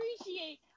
appreciate